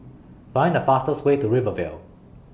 Find The fastest Way to Rivervale